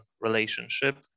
relationship